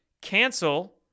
cancel